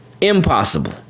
Impossible